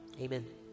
Amen